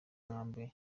nkombe